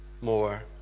more